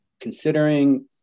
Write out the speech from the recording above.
considering